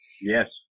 Yes